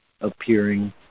appearing